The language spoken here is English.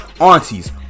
aunties